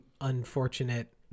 unfortunate